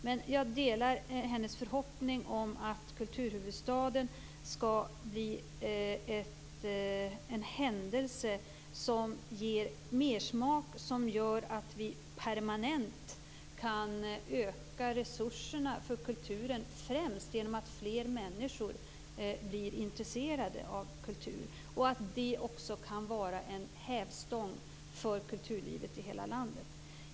Men jag delar ändå hennes förhoppning om att kulturhuvudstaden skall bli en händelse som ger mersmak och som gör att vi permanent kan öka resurserna för kulturen främst genom att fler människor blir intresserade av kultur och genom att det också kan vara en hävstång för kulturlivet i hela landet.